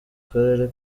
karere